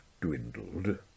dwindled